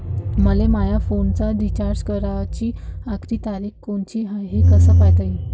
मले माया फोनचा रिचार्ज कराची आखरी तारीख कोनची हाय, हे कस पायता येईन?